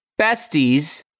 besties